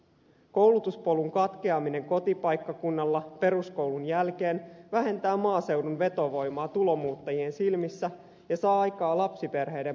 koulutuspolun katkeaminen kotipaikkakunnalla peruskoulun jälkeen vähentää maaseudun vetovoimaa tulomuuttajien silmissä ja saa aikaan lapsiperheiden poismuuttoa